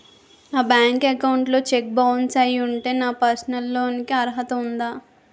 నా bank account లో cheque bounce అయ్యి ఉంటే నాకు పర్సనల్ లోన్ కీ అర్హత ఉందా?